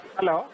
Hello